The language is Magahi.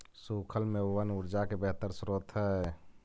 सूखल मेवबन ऊर्जा के बेहतर स्रोत हई